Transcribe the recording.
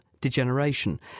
degeneration